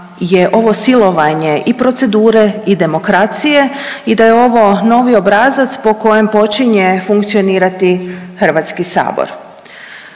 je ovo silovanje i procedure i demokracije i da je ovo novi obrazac po kojem počinje funkcionirati Hrvatski sabor.